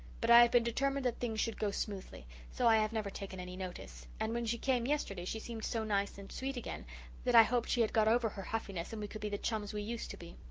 but i have been determined that things should go smoothly, so i have never taken any notice, and when she came yesterday she seemed so nice and sweet again that i hoped she had got over her huffiness and we could be the chums we used to be.